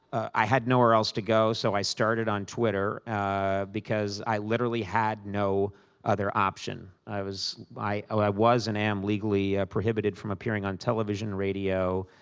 i had nowhere else to go, so i started on twitter ah because i literally had no other option. i was i i was and am legally prohibited from appearing on television, radio,